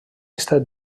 estat